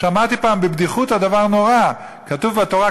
שמעתי פעם בבדיחותא דבר נורא: כתוב בתורה,